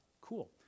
cool